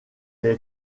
est